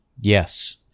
Yes